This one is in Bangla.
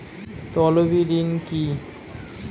তলবি ঋণ কি?